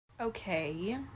Okay